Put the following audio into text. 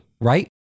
right